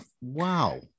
Wow